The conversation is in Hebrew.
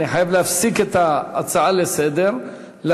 אני חייב להפסיק את ההצעות לסדר-היום,